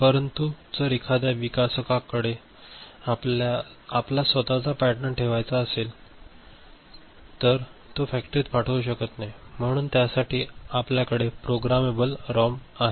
परंतु जर एखाद्या विकसकास आपला स्वत चा पॅटर्न ठेवायचा असेल तर तो फॅक्टरीत पाठवू शकत नाही म्हणून त्यासाठी आपल्याकडे प्रोग्रामेबल रॉम ठीक आहे